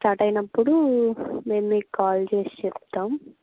start అయినప్పుడు మేము మీకు కాల్ చేసి చెప్తాం